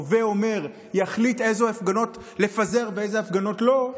הווה אומר יחליט איזה הפגנות לפזר ואיזה הפגנות לא,